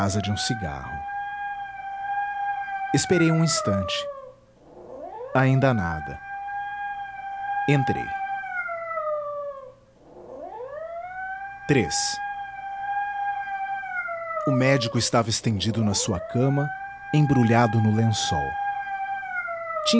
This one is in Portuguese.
de um cigarro esperei um instante ainda nada entrei o médico estava estendido na sua cama embrulhado no lençol